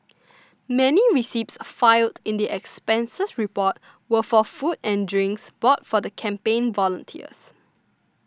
many receipts filed in the expenses reports were for food and drinks bought for the campaign volunteers